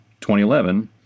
2011